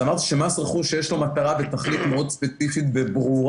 אמרתי שלמס רכוש יש מטרה ותכלית מאוד ספציפיות להן הוא נועד.